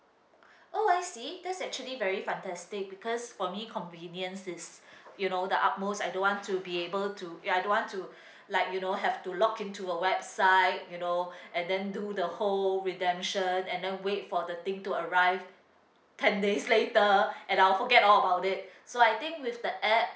oh I see that's actually very fantastic because for me convenience is you know the utmost I don't want to be able to ya I don't want to like you know have to log in to a website you know and then do the whole redemption and then wait for the thing to arrive ten days later and I'll forget all about it so I think with the app